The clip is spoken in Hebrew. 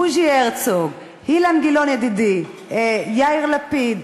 בוז'י הרצוג, אילן גילאון ידידי, יאיר לפיד.